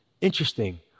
Interesting